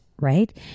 Right